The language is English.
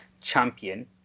champion